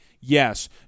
Yes